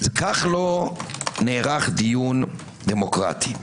כך לא נערך דיון דמוקרטי.